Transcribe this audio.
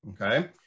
okay